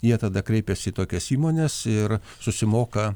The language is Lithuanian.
jie tada kreipiasi į tokias įmones ir susimoka